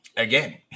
again